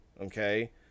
Okay